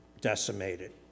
decimated